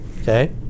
okay